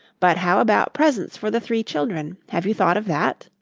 but how about presents for the three children? have you thought of that?